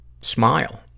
smile